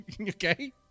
okay